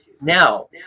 Now